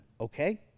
Okay